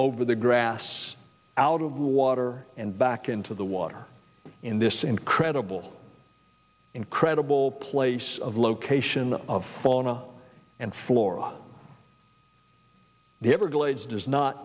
over the grass out of water and back into the water in this incredible incredible place of location of color and flora the everglades does not